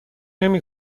نمی